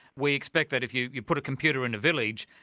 we expect that if you you put a computer in a village,